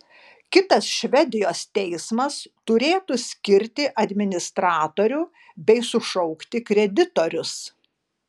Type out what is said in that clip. kitas švedijos teismas turėtų skirti administratorių bei sušaukti kreditorius